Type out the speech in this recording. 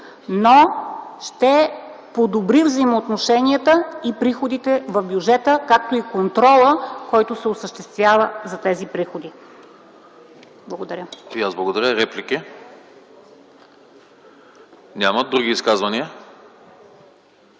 но ще подобри взаимоотношенията и приходите в бюджета, както и контрола, който се осъществява за тези приходи. Благодаря.